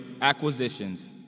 acquisitions